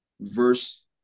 verse